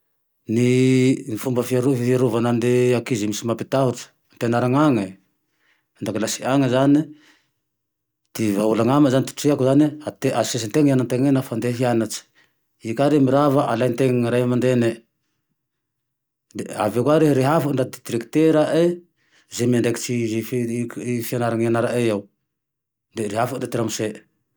Ny fomba fiarovane ny ankizy misy mampitahitse ampianaran'ane, dakilasy agne zane e, ty vahaolany amy zane e, ty treako zane, asesentena anatena lafa handeha hianatse, i ka re mirava alaintena ny ray aman-dreny e, de avy eo ka iha rehafao ty ndaty direkterae ze miandraikitsy fianarany ianarane ao, de rehafany ty ramosey.